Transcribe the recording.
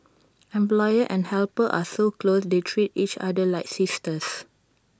employer and helper are so close they treat each other like sisters